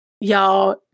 y'all